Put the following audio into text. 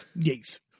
Yes